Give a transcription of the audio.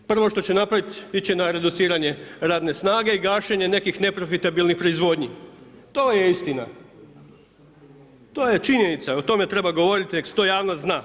Prvo što će napraviti ići će na reduciranje radne snage i gašenje nekih neprofitabilnih proizvodnji, to je istina, to je činjenica i o tome treba govoriti neka to javnost zna.